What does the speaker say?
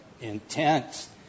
intense